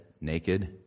naked